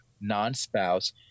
non-spouse